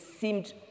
seemed